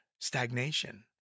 stagnation